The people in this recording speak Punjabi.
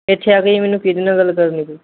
ਇੱਥੇ ਆ ਕੇ ਜੀ ਮੈਨੂੰ ਕੀਦੇ ਨਾਲ ਗੱਲ ਕਰਨੀ ਪਊ